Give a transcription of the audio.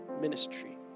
ministry